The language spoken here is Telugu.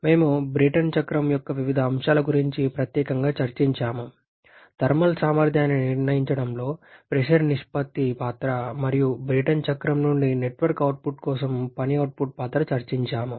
మేము బ్రేటన్ చక్రం యొక్క వివిధ అంశాల గురించి ప్రత్యేకంగా చర్చించాము థర్మల్ సామర్థ్యాన్ని నిర్ణయించడంలో ప్రెషర్ నిష్పత్తి పాత్ర మరియు బ్రేటన్ చక్రం నుండి నెట్వర్క్ అవుట్పుట్ కోసం పని అవుట్పుట్ పాత్ర చర్చించాము